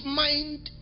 mind